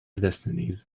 destinies